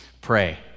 Pray